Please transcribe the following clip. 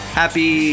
happy